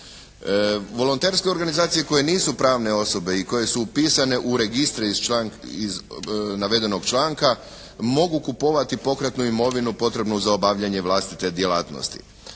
Volonterske organizacije koje nisu pravne osobe i koje su upisane u registre iz navedenog članka mogu kupovati pokretnu imovinu potrebnu za obavljanje vlastite djelatnosti.